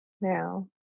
now